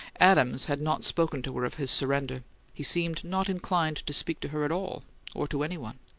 adams had not spoken to her of his surrender he seemed not inclined to speak to her at all, or to any one.